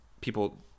people